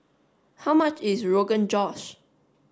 how much is Rogan Josh